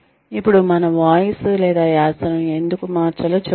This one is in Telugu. ఇప్పుడు మన వాయిస్ లేదా యాసను ఎందుకు మార్చాలో చెబుతారు